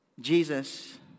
Jesus